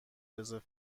رزرو